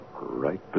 right